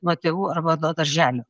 nuo tėvų arba nuo darželio